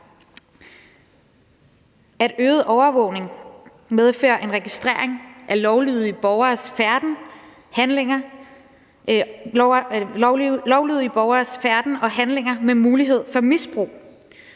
at øget overvågning medfører en registrering af lovlydige borgeres færden og handlinger med mulighed for misbrug.